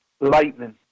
lightning